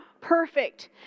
perfect